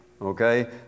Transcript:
Okay